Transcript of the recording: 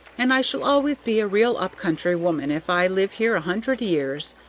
and i shall always be a real up-country woman if i live here a hundred years.